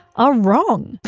are wrong.